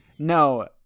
No